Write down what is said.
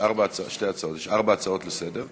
יש ארבע הצעות לסדר-היום,